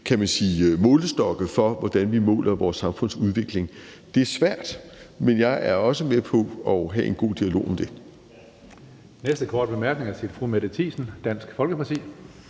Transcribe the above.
kan man sige, målestokke for, hvordan vi måler vores samfundsudvikling. Det er svært, men jeg er også med på at have en god dialog om det.